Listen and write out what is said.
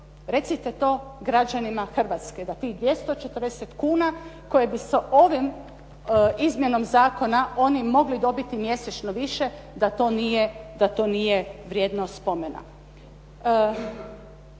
Recite to građanima Hrvatske da tih 240 kuna koje bi sa ovom izmjenom zakona oni mogli dobiti mjesečno više, da to nije vrijedno spomena.